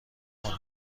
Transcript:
کنید